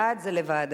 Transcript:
בעד, זה לוועדה.